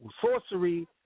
sorcery